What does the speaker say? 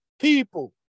people